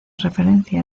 referencia